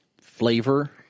flavor